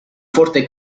forte